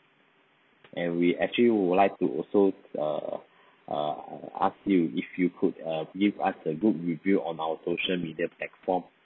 and we actually would like to also err err ask you if you could err give us a good review on our social media platform